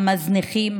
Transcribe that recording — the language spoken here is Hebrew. המזניחים,